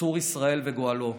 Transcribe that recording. צור ישראל וגואלו,